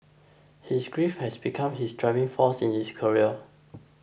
his grief had become his driving force in his career